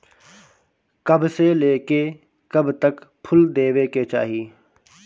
कब से लेके कब तक फुल देवे के चाही?